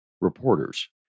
reporters